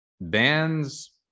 bands